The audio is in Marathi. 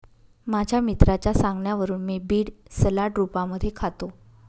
माझ्या मित्राच्या सांगण्यावरून मी बीड सलाड रूपामध्ये खातो